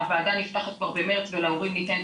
הוועדה נפתחת כבר במרץ ולהורים ניתנת